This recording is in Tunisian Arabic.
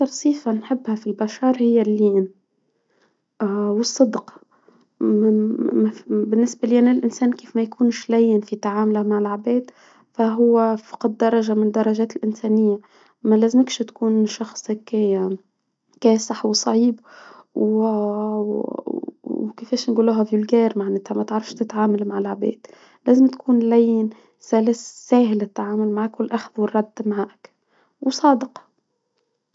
أكثر صفة نحبها في البشر هي اللين، والصدق بالنسبة لي أنا الإنسان كيفما يكونش لين في تعامله مع العباد، فهو فقد درجة من الدرجات الإنسانية، ما لازمكش تكون شخص كا-كاسح وصعيب و كيفاش نجولها في معناتها ما تعرفش تتعامل مع العباد، لازم تكون لين سلس ساهل التعامل معك والأخذ والرد معك مصادق..